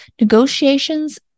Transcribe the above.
Negotiations